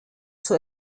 zur